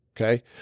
Okay